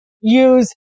use